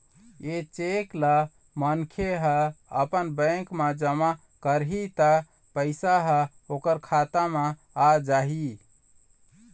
ए cheque ल मनखे ह अपन बेंक म जमा करही त पइसा ह ओखर खाता म आ जाही